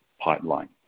pipeline